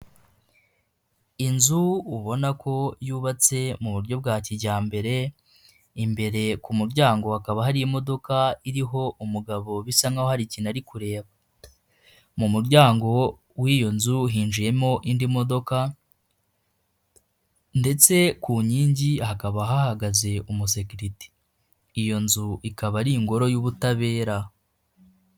Inzu ubona ko yubatse mu buryo bwa kijyambere, imbere ku muryango hakaba hari imodoka iriho umugabo bisa nk'aho hari ikintu ari kureba. Mu muryango w'iyo nzu hinjiyemo indi modoka ndetse ku nkingi hakaba hahagaze umusekerite. Iyo nzu ikaba ari ingoro y'ubutabera.